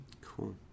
Cool